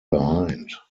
behind